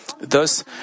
thus